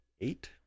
eight